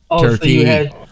turkey